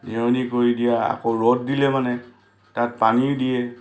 নিৰণি কৰি দিয়ে আকৌ ৰ'দ দিলে মানে তাত পানীও দিয়ে